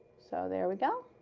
so there we go,